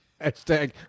Hashtag